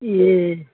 ए